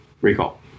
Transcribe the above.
Recall